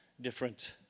different